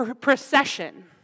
procession